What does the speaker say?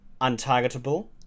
untargetable